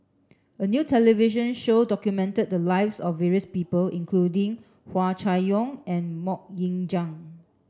a new television show documented the lives of various people including Hua Chai Yong and Mok Ying Jang